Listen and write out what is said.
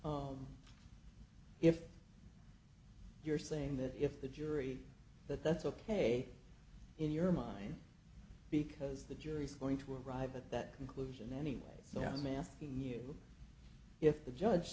oh if you're saying that if the jury that that's ok in your mind because the jury's going to arrive at that conclusion anyway so i'm asking you if the judge